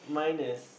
mine is